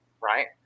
right